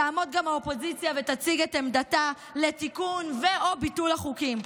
תעמוד גם האופוזיציה ותציג את עמדתה לתיקון ו/או ביטול החוקים.